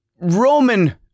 Roman